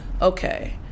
okay